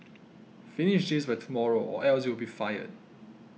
finish this by tomorrow or else you'll be fired